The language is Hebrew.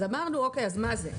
ולכן שאלנו מה זה,